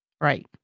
Right